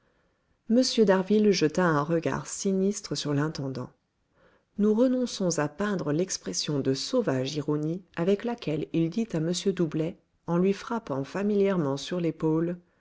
m d'harville jeta un regard sinistre sur l'intendant nous renonçons à peindre l'expression de sauvage ironie avec laquelle il dit à m doublet en lui frappant familièrement sur l'épaule